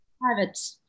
private